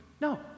No